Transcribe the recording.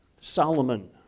Solomon